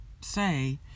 say